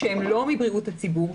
לא מבריאות הציבור,